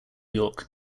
york